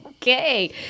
Okay